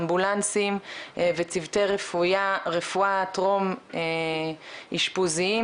אמבולנסים וצוותי רפואה טרום אשפוזיים,